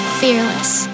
fearless